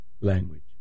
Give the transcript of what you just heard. language